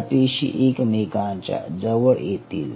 या पेशी एकमेकांच्या जवळ येतील